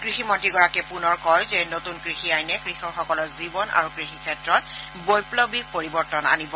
কৃষিমন্তীগৰাকীয়ে পুনৰ কয় যে নতূন কৃষি আইনে কৃষকসকলৰ জীৱন আৰু কৃষিক্ষেত্ৰত বৈপ্লৱিক পৰিৱৰ্তন আনিব